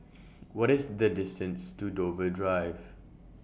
What IS The distance to Dover Drive